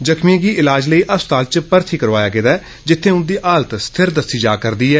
जख्मियें गी इलाज लेई अस्पताल च दाखिल करौआया गेदा ऐ जित्थे उन्दी हालत स्थिर दस्सी जा करदी ऐ